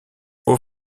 haut